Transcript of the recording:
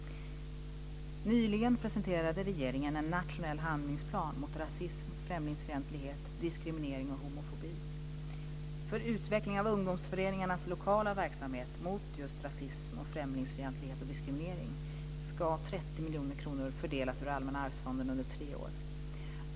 Nyligen presenterade regeringen en nationell handlingsplan mot rasism, främlingsfientlighet, diskriminering och homofobi. För utveckling av ungdomsföreningarnas lokala verksamhet just mot rasism, främlingsfientlighet och diskriminering ska 30 miljoner kronor fördelas ur Allmänna arvsfonden under tre år.